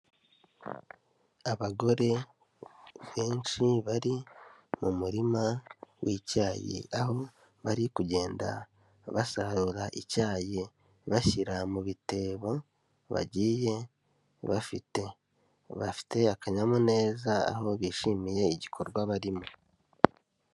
Abagore benshi bari mu murima w'icyayi, aho bari kugenda basarura icyayi, bashyira mu bitebo bagiye bafite. Bafite akanyamuneza, aho bishimiye igikorwa barimo.